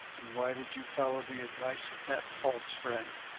and why did you follow the advice of that false friend?